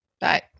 Bye